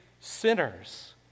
sinners